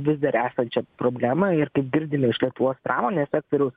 vis dar esančią problemą ir kaip girdime iš lietuvos pramonės sektoriaus